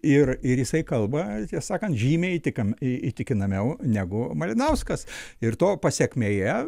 ir ir jisai kalba sakant žymiai įtikam įtikinamiau negu malinauskas ir to pasekmėje